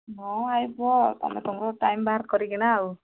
ହଁ ଆଇବ ଆଉ ତୁମେ ତୁମର ଟାଇମ୍ ବାହାର କରିକିନା ଆଉ